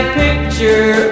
picture